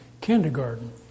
kindergarten